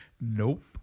Nope